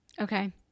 Okay